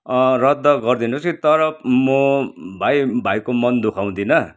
रद्द गरिदिनोस् कि तर म भाइ भाइको मन दुखाउँदिन